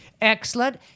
Excellent